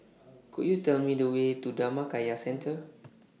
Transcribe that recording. Could YOU Tell Me The Way to Dhammakaya Centre